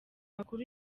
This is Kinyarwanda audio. amakuru